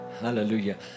Hallelujah